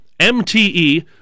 MTE